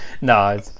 No